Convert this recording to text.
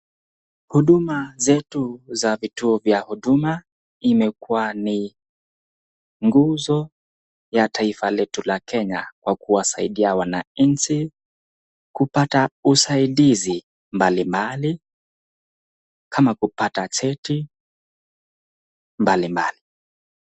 Huduma zetu za vituo vya huduma, imekuwa ni nguzo ya taifa letu la Kenya, kwa kuwasaidiaa wananchi kupata usaidizi mbalimbali kama kupata cheti mbalimbali.